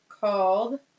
called